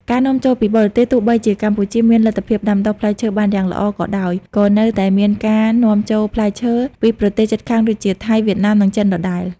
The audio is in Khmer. ការនាំចូលពីបរទេសទោះបីជាកម្ពុជាមានលទ្ធភាពដាំដុះផ្លែឈើបានយ៉ាងល្អក៏ដោយ ក៏នៅតែមានការ នាំចូលផ្លែឈើ ពីប្រទេសជិតខាងដូចជា ថៃ វៀតណាម និងចិនដដែល។